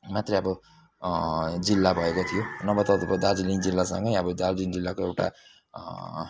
मात्रै अब जिल्ला भएको थियो नभए त अब दार्जिलिङ जिल्लासँगै अब दार्जिलिङ जिल्लाको एउटा